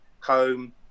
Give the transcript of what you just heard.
home